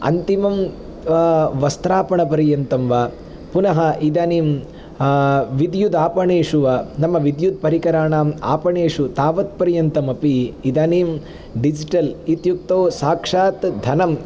अन्तिमं वस्त्रापणपर्यन्तं वा पुनः इदानीं विद्युदापणेषु वा नाम विद्युत्परिकराणाम् आपणेषु तावत्पर्यन्तमपि इदानीं डिज़िटल् इत्यक्तौ साक्षात् धनम्